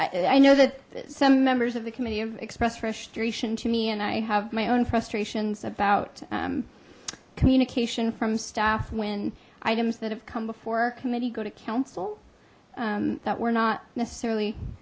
i know that some members of the committee of express registration to me and i have my own frustrations about communication from staff when items that have come before committee go to council that we're not necessarily